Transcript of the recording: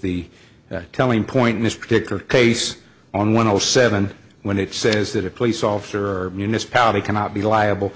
the telling point in this particular case on one o seven when it says that a police officer municipality cannot be liable